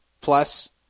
plus